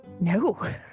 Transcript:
No